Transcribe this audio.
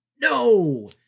No